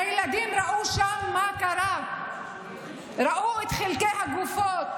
הילדים ראו שם מה קרה, ראו את חלקי הגופות